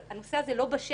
אבל הנושא הזה לא בשל